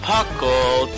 Puckle